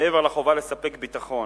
מעבר לחובה לספק ביטחון,